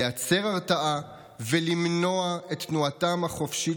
לייצר הרתעה ולמנוע את תנועתם החופשית